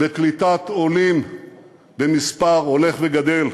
בקליטת עולים במספר הולך וגדל.